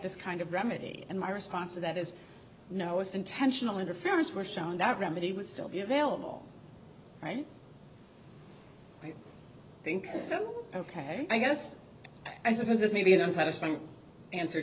this kind of remedy and my response to that is no if intentional interference were shown that remedy would still be available right i think ok i guess i suppose that maybe